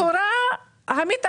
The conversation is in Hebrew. כאן מתגלה הפרצוף הלא דמוקרטי של